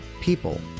people